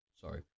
sorry